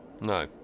No